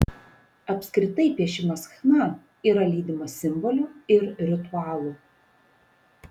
apskritai piešimas chna yra lydimas simbolių ir ritualų